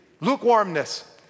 lukewarmness